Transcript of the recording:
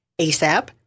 ASAP